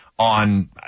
on